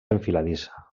enfiladissa